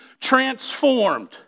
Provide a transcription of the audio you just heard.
transformed